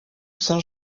saint